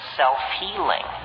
self-healing